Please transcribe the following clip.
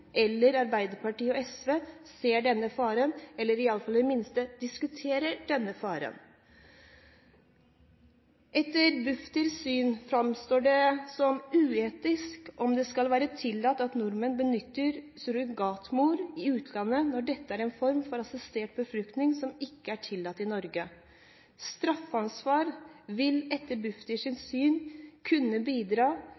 eller Arbeiderpartiet og SV – ikke ser denne faren eller i alle fall diskuterer denne faren. Etter Bufdirs syn framstår det som uetisk om det skal være tillatt at nordmenn benytter surrogatmor i utlandet, når dette er en form for assistert befruktning som ikke er tillatt i Norge. Straffansvar vil etter